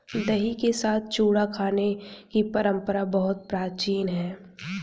दही के साथ चूड़ा खाने की परंपरा बहुत प्राचीन है